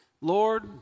Lord